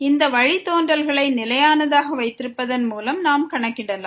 இந்த வழித்தோன்றல்களை நிலையானதாக வைத்திருப்பதன் மூலம் நாம் கணக்கிடலாம்